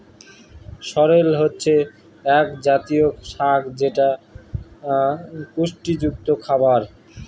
সরেল হচ্ছে এক জাতীয় শাক যেটা পুষ্টিযুক্ত খাবার